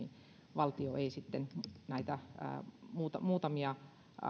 valtio ei näitä muutamia